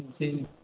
جی